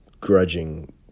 grudging